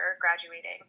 graduating